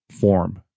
form